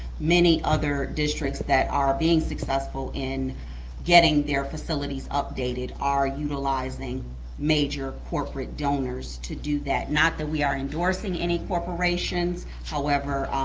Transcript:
many other districts that are being successful in getting their facilities updated are utilizing major corporate donors to do that, not that we are endorsing any corporations. however,